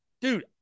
Dude